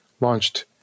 launched